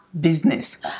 business